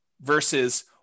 versus